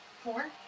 Four